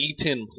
E10